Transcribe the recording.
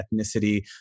ethnicity